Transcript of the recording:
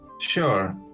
sure